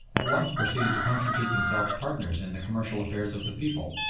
at once proceeded to constitute themselves partners in the commercial affairs of the people,